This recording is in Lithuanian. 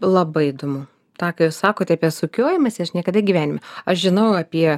labai įdomu tą ką jūs sakote apie sukiojimąsi aš niekada gyvenime aš žinau apie